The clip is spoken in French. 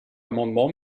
amendement